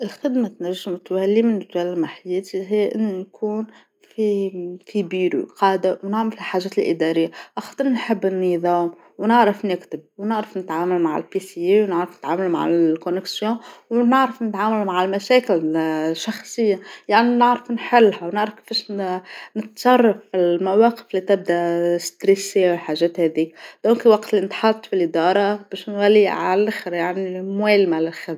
الخدمة تنجم تولى من تتولى مع حياتى هى أنو نكون في-في بيرو قاعدة ونعمل الحاجات الإدارية، أختر نحب النظام ونعرف نكتب ونعرف نتعامل مع ال بى سى ونعرف نتعامل مع الكونكسيو ونعرف نتعامل مع المشاكل الشخصية يعني نعرف نحلها ونعرف كيفاش ن-نتصرف في المواقف اللي تبدأ ستريسيا والحاجات هاذي، لك الوقت اللي نتحط في الإدارة باش نغلي عالآخر يعني أموال مع الآخر.